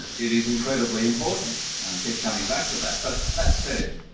it is incredibly important, and i keep coming back to that. but that said,